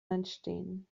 entstehen